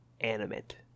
animate